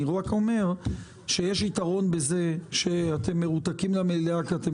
אני רק אומר שיש יתרון בזה שאתם מרותקים למליאה כי אז אתם